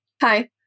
Hi